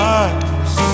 eyes